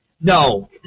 No